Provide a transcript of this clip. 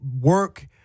work